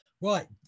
Right